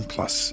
Plus